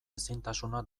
ezintasuna